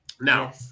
now